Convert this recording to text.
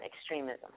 extremism